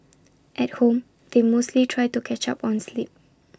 at home they mostly try to catch up on sleep